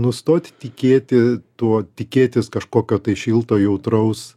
nustoti tikėti tuo tikėtis kažkokio tai šilto jautraus